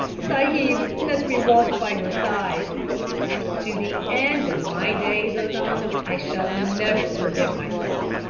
sahib, let me walk by your side to the end of my days, o'donnell, i shall never forgive myself,